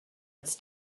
its